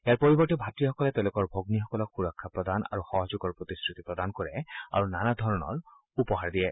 ইয়াৰ পৰিৱৰ্তে ভাতৃসকলে তেওঁলোকৰ ভগ্নীসকলক সুৰক্ষা আৰু সহযোগৰ প্ৰতিশ্ৰুতি প্ৰদান কৰে আৰু নানাধৰণৰ উপহাৰ দিয়ে